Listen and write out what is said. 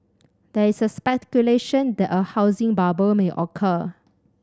there is a speculation that a housing bubble may occur